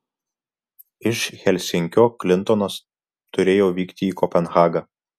iš helsinkio klintonas turėjo vykti į kopenhagą